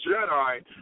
Jedi